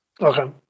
Okay